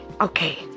okay